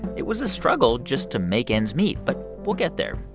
it was a struggle just to make ends meet. but we'll get there.